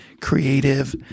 creative